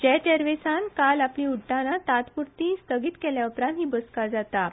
जेट एरवेसान काल आपली उड्डाणां तात्पूरती स्थगीत केले उपरांत ही बसका जाता